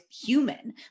human